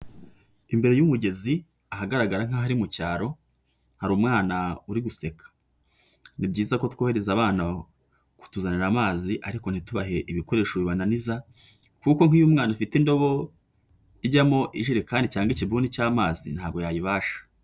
Imbere y'umugezi ahagaragara nk'aho ari mu cyaro hari umwana uri guseka. Ni byiza ko twohereza abana kutuzanira amazi ariko ntitubahe ibikoresho bibananiza, kuko nk'iyo umwana ufite indobo ijyamo ijerekani cyangwa ikibuni cy'amazi ntago yayibasha.